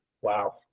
Wow